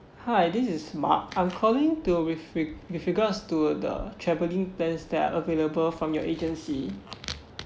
hi this is mark I'm calling to with with with regards to the travelling plans that are available from your agency